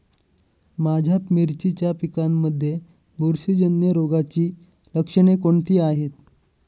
माझ्या मिरचीच्या पिकांमध्ये बुरशीजन्य रोगाची लक्षणे कोणती आहेत?